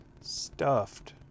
Stuffed